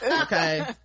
Okay